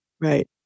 Right